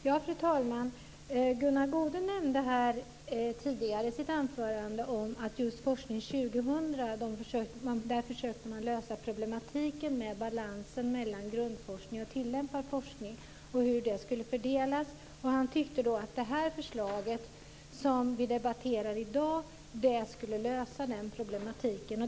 Fru talman! Gunnar Goude nämnde här tidigare i sitt anförande att man just i samband med Forskning 2000 försökte lösa problematiken med balansen mellan grundforskning och tillämpad forskning och hur det skulle fördelas. Han tyckte att det förslag som vi debatterar i dag skulle lösa den problematiken.